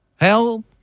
Hell